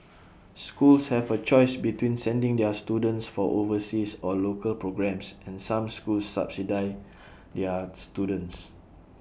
schools have A choice between sending their students for overseas or local programmes and some schools subsidise their students